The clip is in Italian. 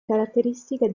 caratteristica